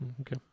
Okay